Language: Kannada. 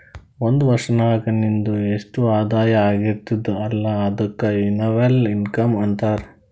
ಒಂದ್ ವರ್ಷನಾಗ್ ನಿಂದು ಎಸ್ಟ್ ಆದಾಯ ಆಗಿರ್ತುದ್ ಅಲ್ಲ ಅದುಕ್ಕ ಎನ್ನವಲ್ ಇನ್ಕಮ್ ಅಂತಾರ